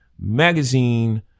magazine